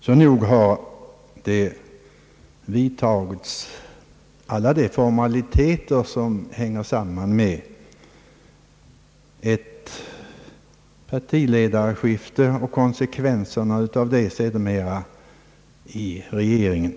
Så nog har alla formaliteter iakttagits som hänger samman med ett partiledarskifte och konsekvenserna av detta i regeringen.